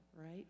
Right